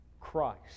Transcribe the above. Christ